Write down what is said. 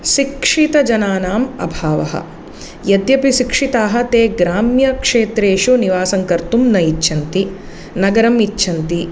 शिक्षितजनानाम् अभावः यद्यपि शिक्षिताः ते ग्राम्यक्षेत्रेषु निवासं कर्तुं न इच्छन्ति नगरम् इच्छन्ति